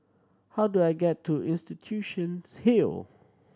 how do I get to Institution's Hill